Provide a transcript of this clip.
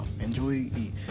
Enjoy